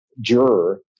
juror